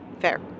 Fair